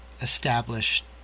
established